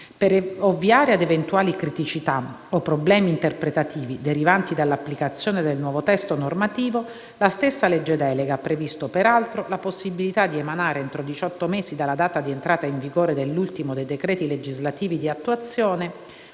Per ovviare ad eventuali criticità o problemi interpretativi derivanti dalla applicazione del nuovo testo normativo, la stessa legge delega ha previsto, peraltro, la possibilità di emanare, entro diciotto mesi dalla data di entrata in vigore dell'ultimo dei decreti legislativi di attuazione,